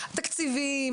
תקציבים,